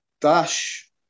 Dash